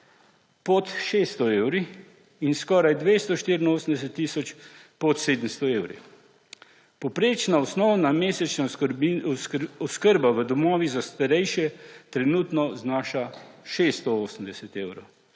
pod 600 evri in skoraj 284 tisoč pod 700 evri. Povprečna osnovna mesečna oskrbnina v domovih za starejše trenutno znaša 680 evrov,